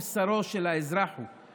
ובשרו של האזרח הוא.